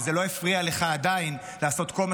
אבל זה לא הפריע לך עדיין לעשות כל מה